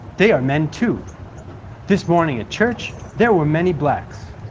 they are men too this morning at church there were many blacks.